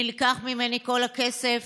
נלקח ממני כל הכסף,